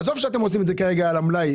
עזוב שאתם עושים את זה כרגע על המלאי.